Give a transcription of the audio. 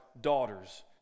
daughters